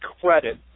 credit